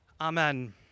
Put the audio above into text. Amen